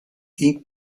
ging